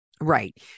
Right